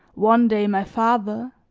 one day my father,